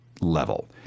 level